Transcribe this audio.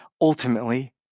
ultimately